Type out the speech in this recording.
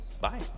Bye